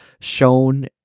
shown